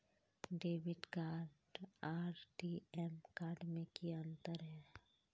Debit card आर ATM card में की अंतर है?